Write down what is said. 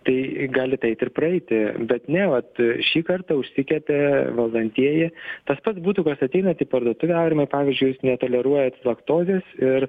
tai galit eiti ir praeiti bet ne vat šį kartą užsikepė valdantieji tas pats būtų kas ateinat į parduotuvę aurimo pavyzdžiui jūs netoleruojat laktozės ir